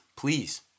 please